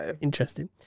interesting